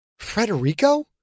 Frederico